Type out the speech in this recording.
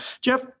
Jeff